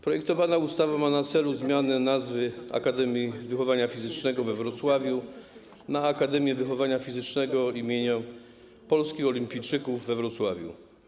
Projektowana ustawa ma na celu zmianę nazwy Akademii Wychowania Fizycznego we Wrocławiu na Akademię Wychowania Fizycznego im. Polskich Olimpijczyków we Wrocławiu.